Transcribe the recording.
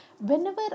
whenever